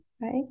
right